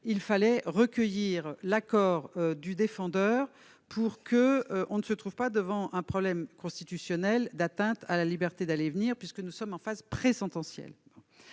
qu'il faut recueillir l'accord du défendeur, afin de ne pas se trouver face à un problème constitutionnel d'atteinte à la liberté d'aller et venir, puisque nous sommes en phase pré-sentencielle.